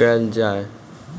केल जाय?